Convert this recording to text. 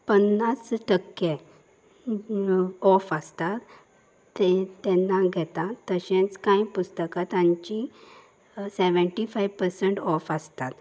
पन्नास टक्के ऑफ आसतात ते तेन्ना घेता तशेंच कांय पुस्तकां तांची सेवनटी फायव पसंट ऑफ आसतात